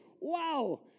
Wow